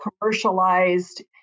commercialized